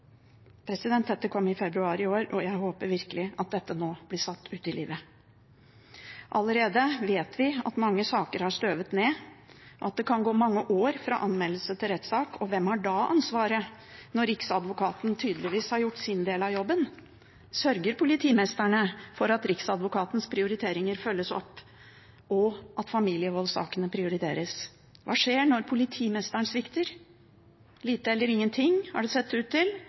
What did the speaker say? Dette kom i februar i fjor, og jeg håper virkelig at dette nå blir satt ut i livet. Vi vet allerede at mange saker har støvet ned, og at det kan gå mange år fra anmeldelse til rettssak. Hvem har da ansvaret når Riksadvokaten tydeligvis har gjort sin del av jobben? Sørger politimesterne for at Riksadvokatens prioriteringer følges opp, og at familievoldssakene prioriteres? Hva skjer når politimesteren svikter? Lite eller ingenting har det sett ut til.